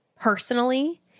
personally